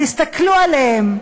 תסתכלו עליהם: